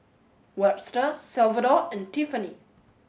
Webster Salvador and Tiffanie